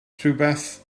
rhywbeth